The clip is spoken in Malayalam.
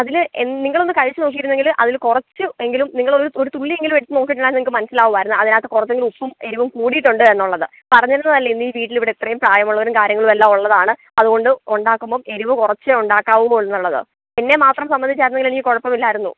അതില് നിങ്ങളൊന്ന് കഴിച്ച് നോക്കിയിരുന്നെങ്കില് അതില് കുറച്ച് എങ്കിലും നിങ്ങള് ഒരു ഒരു തുള്ളി എങ്കിലും എടുത്ത് നോക്കിയിരുന്നാൽ നിങ്ങൾക്ക് മനസിലാവുമായിരുന്ന് അതിനകത്ത് കുറച്ചെങ്കിലും ഉപ്പും എരിവും കൂടിയിട്ടുണ്ട് എന്നുള്ളത് പറഞ്ഞിരുന്നതല്ലേ ഇന്നീ വീട്ടില് ഇവിടെ ഇത്രെയും പ്രായമുള്ളവരും കാര്യങ്ങളും എല്ലാം ഉള്ളതാണ് അതുകൊണ്ട് ഉണ്ടാക്കുമ്പോൾ എരിവ് കുറച്ചേ ഉണ്ടാക്കാവു എന്നുള്ളത് എന്നെ മാത്രം സംബന്ധിച്ചായിരുന്നേൽ എനിക്ക് കുഴപ്പം ഇല്ലായിരുന്നു